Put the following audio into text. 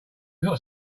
not